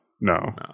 No